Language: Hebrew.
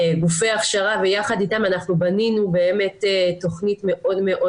גופי הכשרה ויחד איתם אנחנו בנינו תוכנית מאוד מאוד